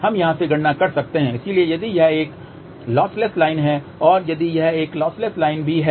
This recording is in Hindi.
हम यहां से गणना कर सकते हैं इसलिए यदि यह एक लॉसलेस लाइन है और यदि यह एक लॉसलेस लाइन भी है